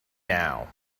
now